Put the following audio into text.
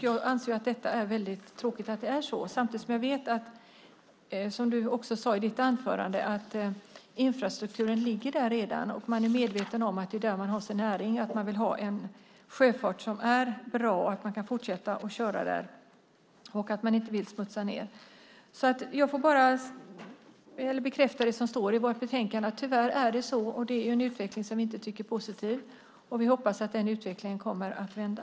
Jag anser att det är väldigt tråkigt att det är så samtidigt som jag vet, som du också sade i ditt anförande, att infrastrukturen ligger där redan. Man är medveten om att det är där man har sin näring. Man vill ha en sjöfart som är bra, att man kan fortsätta att köra, och man vill inte smutsa ned. Jag får bekräfta det som står i vårt betänkande. Tyvärr är det så, och det är en utveckling som vi inte tycker är positiv. Vi hoppas att den utvecklingen kommer att vända.